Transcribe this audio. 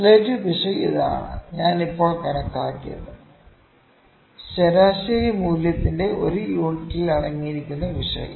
relative പിശക് ഇതാണ് ഞാൻ ഇപ്പോൾ കണക്കാക്കിയത് ശരാശരി മൂല്യത്തിന്റെ ഒരു യൂണിറ്റിലെ അടങ്ങിയിരിക്കുന്ന പിശക്